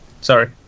Sorry